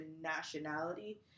nationality